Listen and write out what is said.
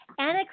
Anna